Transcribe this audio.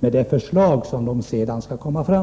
med de förslag som så småningom skall presenteras.